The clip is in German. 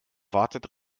wartet